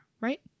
right